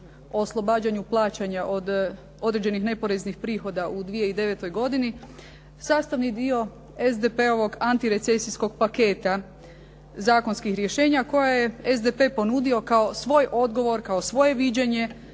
oslobađanju plaćanja od određenih neporeznih prihoda u 2009. godini, sastavni dio SDP-ovog antirecesijskog paketa, zakonskih rješenja koje je SDP ponudio kao svoj odgovor, kao svoje viđenje